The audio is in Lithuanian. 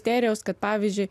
terijos kad pavyzdžiui